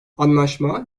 anlaşma